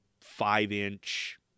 five-inch